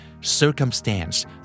Circumstance